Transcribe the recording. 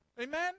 Amen